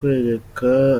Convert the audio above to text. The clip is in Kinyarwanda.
kwereka